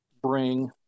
bring